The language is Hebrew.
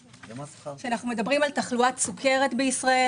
כשמדברים על תחלואת סוכרת בישראל,